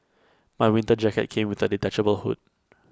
my winter jacket came with A detachable hood